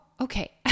okay